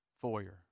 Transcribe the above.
foyer